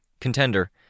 Contender